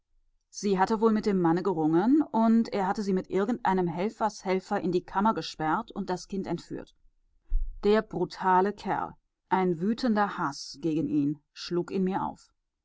sie hatte wohl mit dem manne gerungen und er hatte sie mit irgendeinem helfershelfer in die kammer gesperrt und das kind entführt der brutale kerl ein wütender haß gegen ihn schlug in mir auf